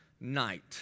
night